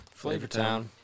Flavortown